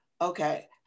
okay